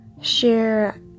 share